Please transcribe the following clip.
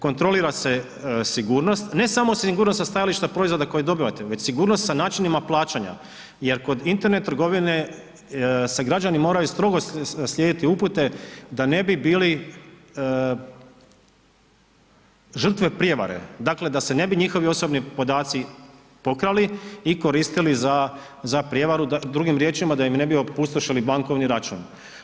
Kontrolira se sigurnost, ne samo sigurnosna stajališta proizvoda koje dobivate, već sigurnost sa načinima plaćanja jer kod internet trgovine se građani moraju strogo slijediti upute da ne bi bili žrtve prijevare, dakle da se ne bi njihovi osobni podaci pokrali i koristili za prijevaru, drugim riječima, da im ne bi opustošili bankovni račun.